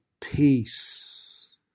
peace